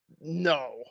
No